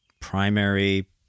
primary